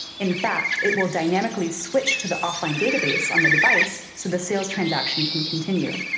in fact, it will dynamically switch to the offline database on the device so the sales transaction can continue.